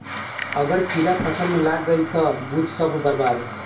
अगर कीड़ा फसल में लाग गईल त बुझ सब बर्बाद